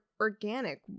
organic